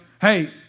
hey